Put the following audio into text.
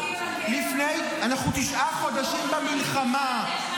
אנחנו תשעה חודשים במלחמה,